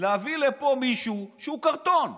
להביא לפה מישהו שהוא קרטון.